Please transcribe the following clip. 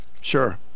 Sure